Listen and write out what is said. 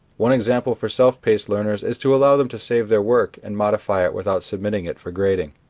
one example for self-paced learners is to allow them to save their work, and modify it without submitting it for grading.